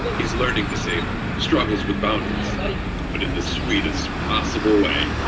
he's learning disabled, struggles with boundaries, like but but in the sweetest possible way.